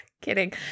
kidding